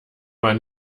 man